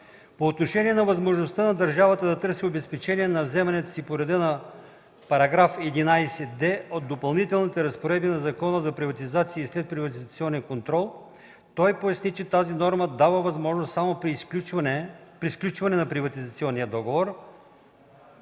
По отношение на възможността на държавата да търси обезпечение на вземанията си по реда на § 11д от Допълнителните разпоредби на Закона за приватизация и следприватизационен контрол той поясни, че тази норма дава възможност само при сключване на приватизационния договор